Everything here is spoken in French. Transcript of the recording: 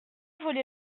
volé